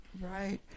Right